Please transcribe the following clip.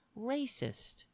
racist